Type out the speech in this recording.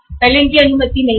पहले इसकी अनुमति नहीं थी